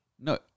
No